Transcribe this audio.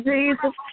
Jesus